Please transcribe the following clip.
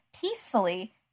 peacefully